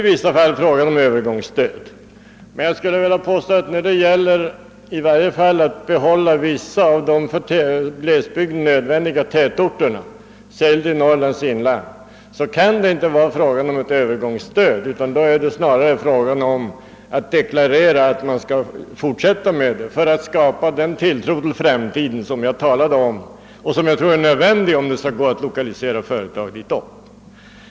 I vissa fall är det väl fråga om ett övergångsstöd. Men jag skulle vilja påstå att åtminstone när det gäller att behålla vissa av de för glesbygden nödvändiga tätorterna, särskilt i Norrlands inland, kan det inte röra sig om ett övergångsstöd. Då gäller det snarare att deklarera att det allmänna måste fortsätta med stödet för att kunna skapa den tro på framtiden som jag nyss talat om och som jag tror är nödvändig, om man skall kunna lokalisera företag dit upp.